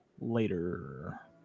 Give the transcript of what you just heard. later